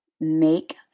make